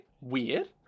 weird